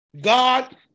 God